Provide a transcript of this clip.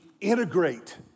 integrate